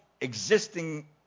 existing